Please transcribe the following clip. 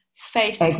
face